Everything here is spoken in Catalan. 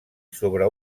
sobre